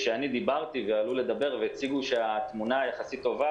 שדיברתי ועלו לדבר והציגו שהתמונה יחסית טובה